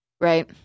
Right